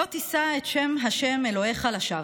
"לא תִשא את שם ה' אלהיך לשוא"